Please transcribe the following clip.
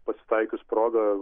pasitaikius progą